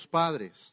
padres